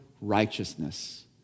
righteousness